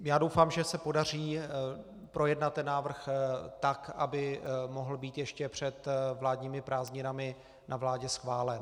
Já doufám, že se podaří projednat ten návrh tak, aby mohl být ještě před vládními prázdninami na vládě schválen.